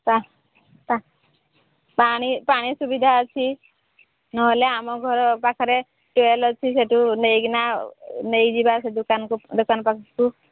ପାଣି ପାଣି ସୁବିଧା ଅଛି ନହେଲେ ଆମ ଘର ପାଖରେ ଟ୍ୟୁଓ୍ୱେଲ୍ ଅଛି ସେଠୁ ନେଇକିନା ନେଇଯିବା ସେ ଦୋକାନକୁ ଦୋକାନ ପାଖକୁ